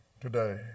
today